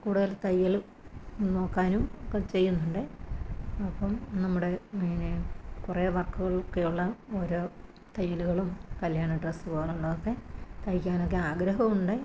കൂടുതല് തയ്യല് നോക്കാനും ഒക്കെ ചെയ്യുന്നുണ്ട് അപ്പോള് നമ്മുടെ ഇങ്ങനെ കുറേ വർക്കുകളൊക്കെയുള്ള ഓരോ തയ്യലുകളും കല്യാണ ഡ്രസുപോലുള്ളതൊക്കെ തയ്ക്കാനൊക്കെ ആഗ്രഹമുണ്ട്